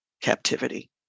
captivity